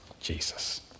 Jesus